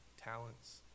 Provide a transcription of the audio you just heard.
talents